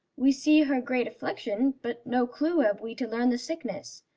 we see her great affliction, but no clue have we to learn the sickness.